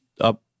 up